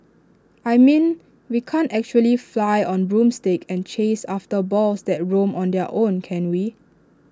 I mean we can't actually fly on broomsticks and chase after balls that roam on their own can we